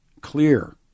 clear